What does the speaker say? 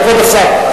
כבוד השר,